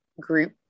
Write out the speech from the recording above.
group